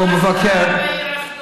הוא מבקר.